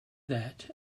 that